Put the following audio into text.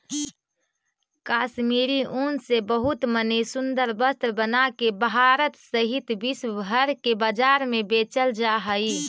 कश्मीरी ऊन से बहुत मणि सुन्दर वस्त्र बनाके भारत सहित विश्व भर के बाजार में बेचल जा हई